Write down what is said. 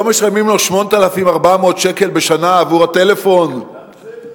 לא משלמים לו 8,400 שקל בשנה עבור הטלפון, גם זה.